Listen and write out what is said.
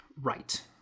Right